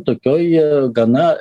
tokioj gana